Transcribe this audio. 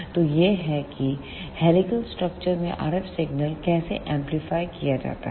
तो यह है कि हेलीकल स्ट्रक्चर में RF सिग्नल कैसे एमप्लीफाय किया जाता है